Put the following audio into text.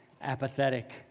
apathetic